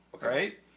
right